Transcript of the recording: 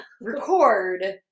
record